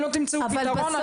אם לא תמצאו פתרון,